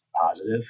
positive